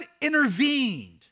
intervened